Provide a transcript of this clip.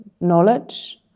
knowledge